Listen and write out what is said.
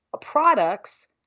products